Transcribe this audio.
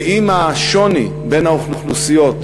ואם השוני בין האוכלוסיות